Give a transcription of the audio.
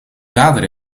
vader